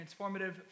transformative